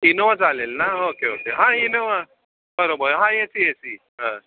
Innova चालेल ना हां ओके ओके हां इनोवा बरोबर हां ए सी ए सी हं